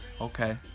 okay